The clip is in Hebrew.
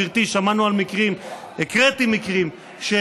גברתי, שמענו על מקרים, הקראתי מקרים של